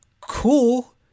cool